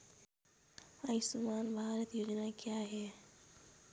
आयुष्मान भारत योजना क्या है?